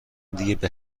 دیگه